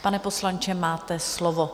Pane poslanče, máte slovo.